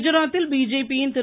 குஜராத்தில் பிஜேபியின் திரு